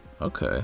Okay